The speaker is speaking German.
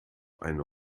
eine